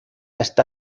está